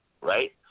right